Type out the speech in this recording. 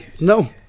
No